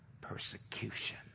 persecution